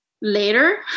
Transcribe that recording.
later